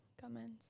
comments